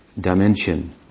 dimension